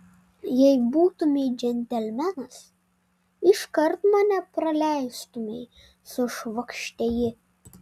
jei būtumei džentelmenas iškart mane praleistumei sušvokštė ji